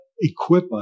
equip